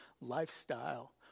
lifestyle